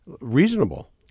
reasonable